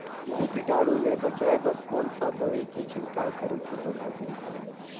महू कीटाणु ले बचाय बर कोन सा दवाई के छिड़काव करे के बढ़िया तरीका हे?